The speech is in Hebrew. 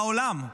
בעולם,